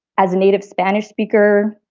as a native spanish speaker,